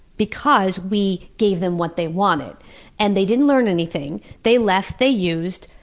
because we gave them what they wanted, and they didn't learn anything. they left, they used,